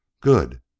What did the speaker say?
Good